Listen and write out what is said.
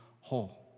whole